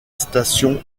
station